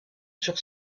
sur